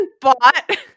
bought